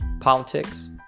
politics